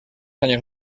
años